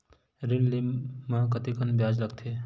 ऋण ले म कतेकन ब्याज लगथे?